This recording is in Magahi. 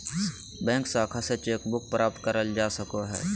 बैंक शाखा से चेक बुक प्राप्त करल जा सको हय